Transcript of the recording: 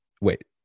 wait